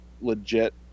legit